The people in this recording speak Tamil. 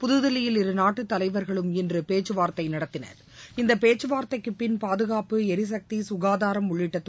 புதுதில்லியில் இருநாட்டு தலைவர்களும் இன்று பேச்சுவார்த்தை இந்த பேச்சுவார்த்தைக்குப்பின் பாதுகாப்பு எரிசக்தி சுகாதாரம் உள்ளிட்ட நடத்தினர்